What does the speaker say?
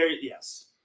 Yes